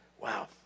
Wow